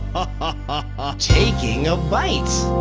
ah taking a bite.